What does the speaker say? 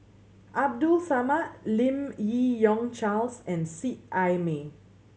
Abdul Samad Lim Yi Yong Charles and Seet Ai Mee